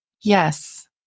Yes